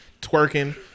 twerking